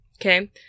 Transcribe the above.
Okay